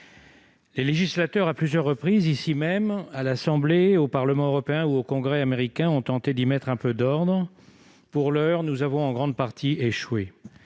le législateur, ici même, à l'Assemblée nationale, au Parlement européen ou au Congrès américain, a tenté d'y mettre un peu d'ordre. Pour l'heure, nous avons en grande partie échoué.